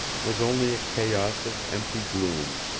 was only a chaos of empty gloom.